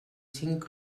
cinc